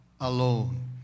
alone